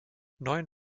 neun